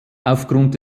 aufgrund